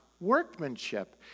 workmanship